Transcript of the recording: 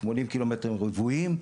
80 קילומטרים רבועים,